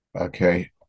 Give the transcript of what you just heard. Okay